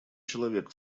человек